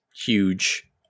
huge